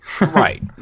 right